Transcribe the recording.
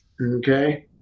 Okay